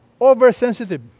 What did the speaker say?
oversensitive